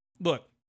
look